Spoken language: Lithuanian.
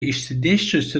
išsidėsčiusi